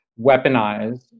weaponized